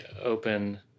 open